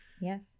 Yes